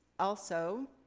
also,